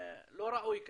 לא ראוי ככה.